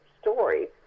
stories